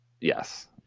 Yes